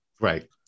Right